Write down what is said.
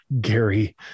Gary